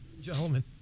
Gentlemen